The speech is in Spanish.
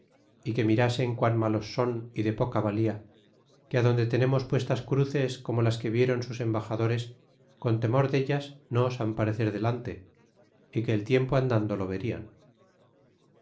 é que mirasen qun malos son y de poca valla que adonde tenernos puestas cruces como las que viéron sus embaxadores con temor dellas no osan parecer delante y que el tiempo andando lo verian